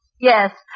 Yes